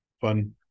fun